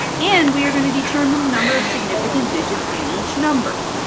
and we are going to determine the number of significant digits in each number.